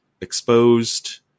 exposed